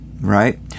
right